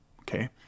Okay